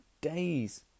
days